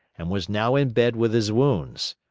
and was now in bed with his wounds.